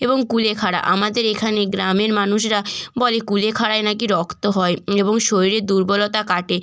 এবং কুলেখাড়া আমাদের এখানে গ্রামের মানুষরা বলে কুলেখাড়ায় নাকি রক্ত হয় এবং শরীরের দুর্বলতা কাটে